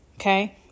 okay